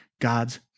God's